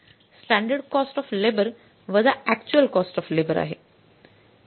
standard cost of labour वजा actual cost of labour आहे